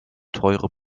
teure